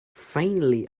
finally